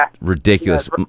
ridiculous